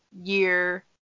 year